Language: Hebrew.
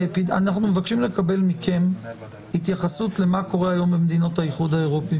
אנחנו מבקשים מכם התייחסות מה קורה היום במדינות האיחוד האירופי.